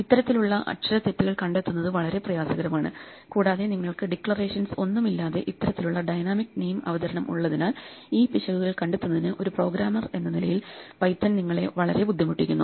ഇത്തരത്തിലുള്ള അക്ഷരത്തെറ്റുകൾ കണ്ടെത്തുന്നത് വളരെ പ്രയാസകരമാണ് കൂടാതെ നിങ്ങൾക്ക് ഡിക്ലറേഷൻസ് ഒന്നുമില്ലാതെ ഇത്തരത്തിലുള്ള ഡൈനാമിക് നെയിം അവതരണം ഉള്ളതിനാൽ ഈ പിശകുകൾ കണ്ടെത്തുന്നതിന് ഒരു പ്രോഗ്രാമർ എന്ന നിലയിൽ പൈത്തൺ നിങ്ങളെ വളരെ ബുദ്ധിമുട്ടിക്കുന്നു